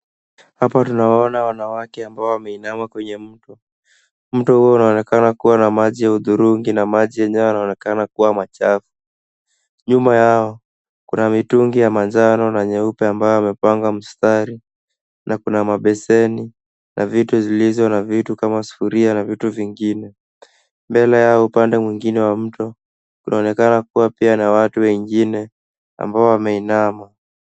Hapa tunawaona wanawake ambao wameinama kwenye mto. Mto huo unaonekana kuwa na maji ya hudhurungi na maji yenyewe yanaonekana kuwa machafu. Nyuma yao, kuna mitungi ya manjano na nyeupe ambayo yamepanga mstari na kuna mabeseni na vitu zilizo na vitu kama sufuria na vitu vingine. Mbele yao upande mwingine wa mto kunaonekana kuwa pia na watu wengine ambao wameinama.